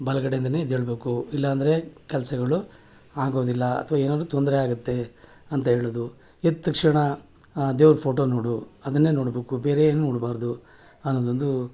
ಬಲಗಡೆಯಿಂದಲೇ ಎದ್ದೇಳಬೇಕು ಇಲ್ಲ ಅಂದರೆ ಕೆಲಸಗಳು ಆಗೋದಿಲ್ಲ ಅಥ್ವಾ ಏನಾದ್ರೂ ತೊಂದರೆ ಆಗುತ್ತೆ ಅಂತ ಹೇಳೋದು ಎದ್ದ ತಕ್ಷಣ ದೇವ್ರ ಫೋಟೋ ನೋಡು ಅದನ್ನೇ ನೋಡ್ಬೇಕು ಬೇರೆ ಏನು ನೋಡಬಾರ್ದು ಅನ್ನೋದೊಂದು